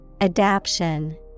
Adaption